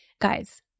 Guys